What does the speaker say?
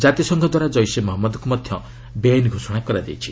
ଜାତିସଂଘଦ୍ୱାରା କ୍ରିସେ ମହମ୍ମଦକ୍ ମଧ୍ୟ ବେଆଇନ ଘୋଷଣା କରାଯାଇଛି